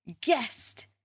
guest